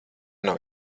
nav